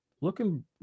looking